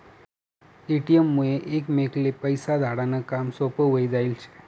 ATM मुये एकमेकले पैसा धाडा नं काम सोपं व्हयी जायेल शे